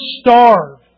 starve